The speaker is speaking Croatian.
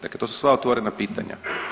Dakle, to su sva otvorena pitanja.